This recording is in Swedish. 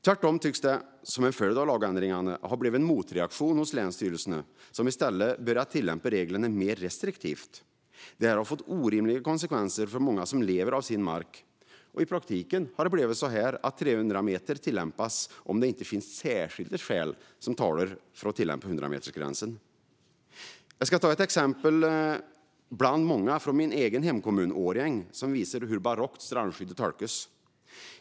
Tvärtom tycks det, som en följd av lagändringarna, ha blivit en motreaktion på länsstyrelserna, som i stället börjat tillämpa reglerna mer restriktivt. Detta har fått orimliga konsekvenser för många som lever av sin mark. I praktiken har det blivit så att 300 meter tillämpas om det inte finns särskilda skäl som talar för att tillämpa 100-metersgränsen. Jag ska ta ett exempel, bland många, från min egen hemkommun Årjäng, som visar hur barockt strandskyddet tolkas.